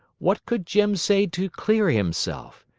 what could jim say to clear himself?